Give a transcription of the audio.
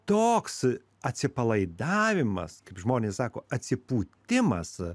toks atsipalaidavimas kaip žmonės sako atsipūtimas